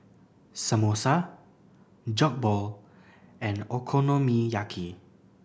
Samosa Jokbal and Okonomiyaki